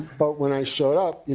but when i showed up,